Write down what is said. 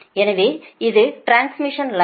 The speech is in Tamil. எனவே இது டிரான்ஸ்மிஷன் லைனின்